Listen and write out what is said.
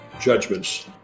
judgments